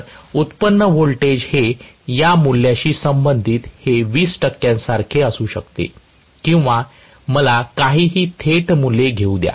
तर उत्पन्न व्होल्टेज हे या मूल्याशी संबंधित हे 20 टक्क्यांसारखे असू शकते किंवा मला काहीहीथेट मूल्ये घेऊ द्या